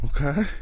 Okay